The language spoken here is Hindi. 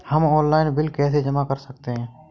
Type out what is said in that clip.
हम ऑनलाइन बिल कैसे जमा कर सकते हैं?